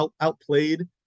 outplayed